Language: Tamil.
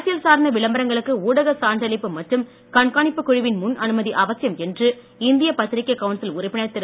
அரசியல் சார்ந்த விளம்பரங்களுக்கு ஊடக சான்றளிப்பு மற்றும் கண்காணிப்புக் குழுவின் முன்அனுமதி அவசியம் என்று இந்திய பத்திரிக்கைக் கவுன்சில் உறுப்பினர் திரு